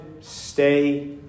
Stay